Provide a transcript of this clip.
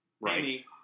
Right